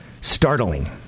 Startling